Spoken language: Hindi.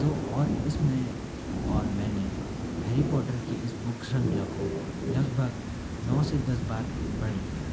तो और इसमें और मैं हैरी पॉटर की इस बुक श्रृंखला को लगभग नौ से दस बार पढ़ लिया है